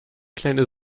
kleine